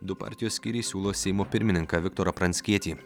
du partijos skyriai siūlo seimo pirmininką viktorą pranckietį